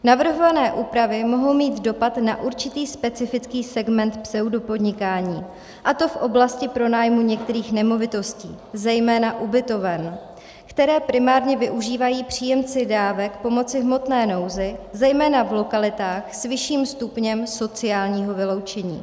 Navrhované úpravy mohou mít dopad na určitý specifický segment pseudopodnikání, a to v oblasti pronájmu některých nemovitostí, zejména ubytoven, které primárně využívají příjemci dávek pomoci v hmotné nouzi zejména v lokalitách s vyšším stupněm sociálního vyloučení.